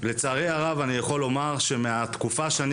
לצערי הרב אני יכול לומר שמהתקופה שאני